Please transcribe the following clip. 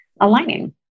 aligning